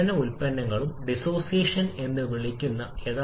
1 1 2 അതേസമയം ഈ വശത്ത് ഒന്ന് മാത്രം